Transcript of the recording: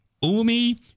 Umi